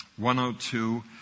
102